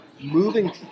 moving